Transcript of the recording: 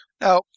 Now